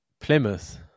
Plymouth